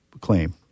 claim